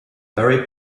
very